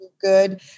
good